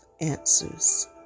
Answers